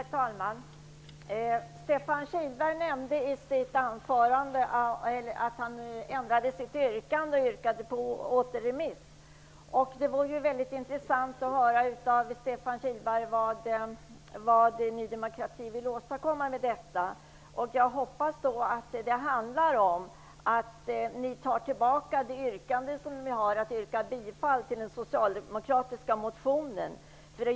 Herr talman! Stefan Kihlberg nämnde i sitt anförande att han ändrade sitt yrkande och yrkade på återremiss. Det vore väldigt intressant att få höra av Stefan Kihlberg vad Ny demokrati vill åstadkomma med detta. Jag hoppas att det handlar om att ni tar tillbaka det yrkande om bifall till den socialdemokratiska motionen ni gjort.